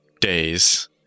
days